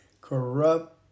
corrupt